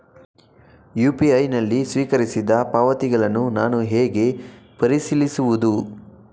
UPI ನಲ್ಲಿ ಸ್ವೀಕರಿಸಿದ ಪಾವತಿಗಳನ್ನು ನಾನು ಹೇಗೆ ಪರಿಶೀಲಿಸುವುದು?